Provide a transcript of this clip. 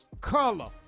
color